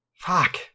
Fuck